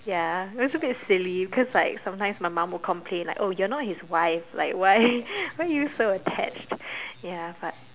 ya it's a bit silly cause like sometimes my mum would complain like oh you're not his wife like why why are you so attached ya but